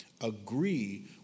agree